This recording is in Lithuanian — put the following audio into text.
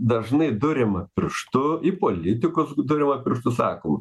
dažnai duriama pirštu į politikus duriamu pirštu sakoma